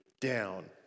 down